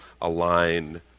align